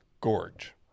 gorge